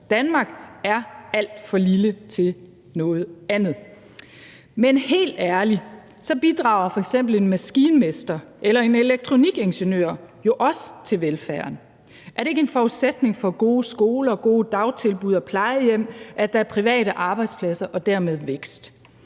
Danmark er alt for lille til noget andet. Men helt ærligt, så bidrager f.eks. en maskinmester eller en elektronikingeniør jo også til velfærden, og er det ikke en forudsætning for gode skoler, gode dagtilbud og plejehjem, at der er private arbejdspladser og dermed vækst?